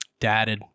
dadded